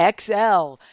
XL